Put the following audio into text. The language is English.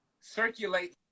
Circulate